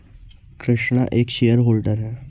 कृष्णा एक shareholder है